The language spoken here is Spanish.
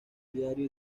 diario